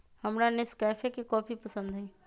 हमरा नेस्कैफे के कॉफी पसंद हई